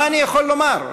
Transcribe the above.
מה אני יכול לומר?